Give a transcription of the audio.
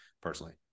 personally